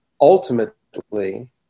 Ultimately